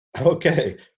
Okay